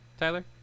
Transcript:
Tyler